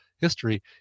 history